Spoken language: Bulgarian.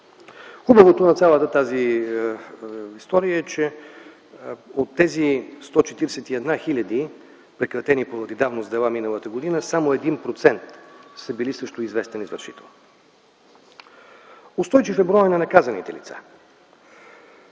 Хубавото на цялата тази история е, че от тези 141 хил. прекратени поради давност дела миналата година само 1% са били срещу известен извършител. Устойчив е броят на наказаните лица.